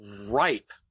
ripe